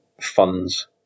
funds